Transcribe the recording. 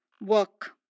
work